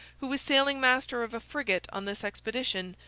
who was sailing master of a frigate on this expedition,